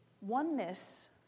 Oneness